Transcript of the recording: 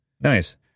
nice